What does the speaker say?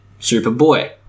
Superboy